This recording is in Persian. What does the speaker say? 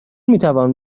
میتوان